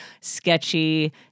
sketchy